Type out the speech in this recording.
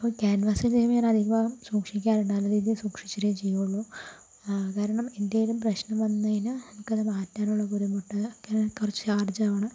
അപ്പോൾ ക്യാൻവാസിൽ ചെയ്യുമ്പോൾ ഞാനധികവും സൂക്ഷിക്കാറുണ്ട് നല്ല രീതിയിൽ സൂക്ഷിച്ചിട്ടെ ചെയ്യുകയുള്ളു കാരണം എന്തേലും പ്രശ്നം വന്ന് കഴിഞ്ഞാൽ നമുക്ക് അത് മാറ്റാനുള്ള ബുദ്ധിമുട്ട് പിന്നെ കുറച്ച് ലാർജാണ്